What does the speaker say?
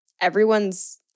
everyone's